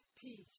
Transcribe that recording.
peace